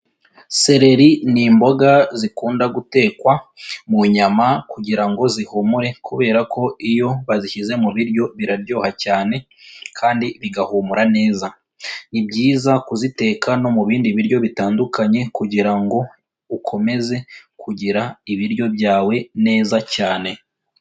Sereri ni imboga zikunda gutekwa mu nyama kugira ngo zihumure kubera ko iyo bazishyize mu biryo biraryoha cyane kandi bigahumura neza. Ni byiza kuziteka no mu bindi biryo bitandukanye kugira ngo ukomeze kugira ibiryo byawe neza cyane.